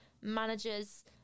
managers